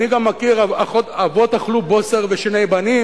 אני גם מכיר "אבות אכלו בוסר ושיני בנים",